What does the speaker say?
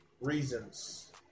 reasons